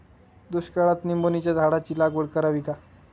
दुष्काळात निंबोणीच्या झाडाची लागवड करावी का?